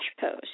pose